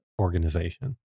organization